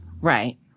Right